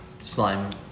Slime